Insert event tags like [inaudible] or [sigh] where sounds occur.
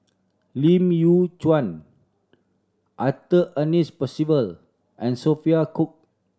Lim Yew [unintelligible] Arthur Ernest Percival and Sophia Cooke